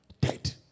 Dead